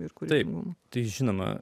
ir kutai mums tai žinoma